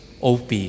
OP